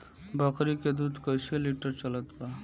बकरी के दूध कइसे लिटर चलत बा?